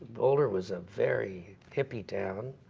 boulder was a very hippie town.